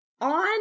On